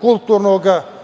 kulturnog poretka